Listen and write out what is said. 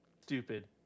stupid